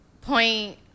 point